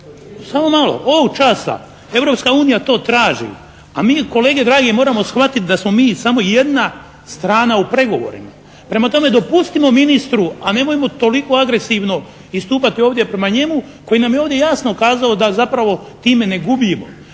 samo malo, ovog časa, Europska unija to traži a mi kolege dragi, moramo shvatiti da smo mi samo jedna strana u pregovorima. Prema tome, dopustimo ministru a nemojmo toliko agresivno istupati ovdje prema njemu koji nam je ovdje jasno kazao da zapravo time ne gubimo.